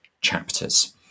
chapters